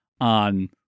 on